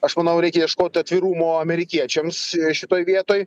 aš manau reikia ieškot atvirumo amerikiečiams šitoj vietoj